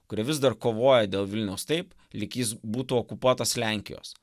kurie vis dar kovoja dėl vilniaus taip lyg jis būtų okupuotas lenkijos